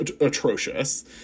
atrocious